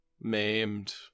maimed